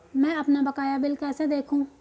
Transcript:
मैं अपना बकाया बिल कैसे देखूं?